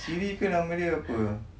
siri ke nama dia apa